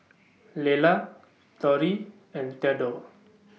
Lelar Torie and Theadore